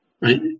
right